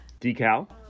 Decal